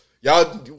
y'all